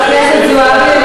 חברת הכנסת זועבי,